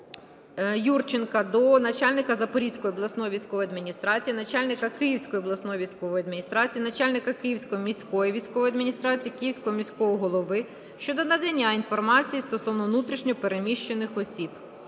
до начальника Запорізької обласної військової адміністрації, начальника Київської обласної військової адміністрації, начальника Київської міської військової адміністрації, Київського міського голови щодо надання інформації стосовно внутрішньо переміщених осіб.